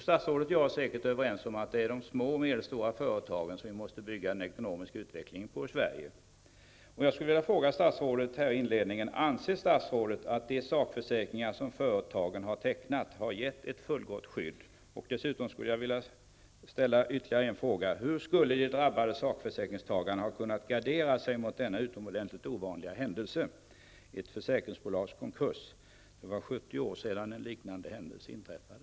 Statsrådet och jag är säkert överens om att det är de små och medelstora företagen som vi måste bygga den ekonomiska utvecklingen på i Sverige. Jag skulle inledningsvis vilja fråga statsrådet om han anser att de sakförsäkringar som företagen har tecknat har gett ett fullgott skydd. Dessutom skulle jag vilja ställa ytterligare en fråga: Hur skulle de drabbade sakförsäkringstagarna ha kunnat gardera sig mot denna utomordentligt ovanliga händelse? Ett försäkringsbolags konkurs -- det var 70 år sedan en liknande händelse inträffade.